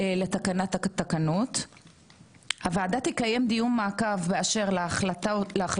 הוועדה תקיים דיון מעקב באשר להחלטות הצוות בתום עבודתה.